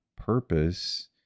purpose